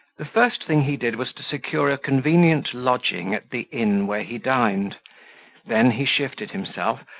the first thing he did was to secure a convenient lodging at the inn where he dined then he shifted himself,